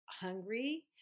hungry